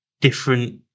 different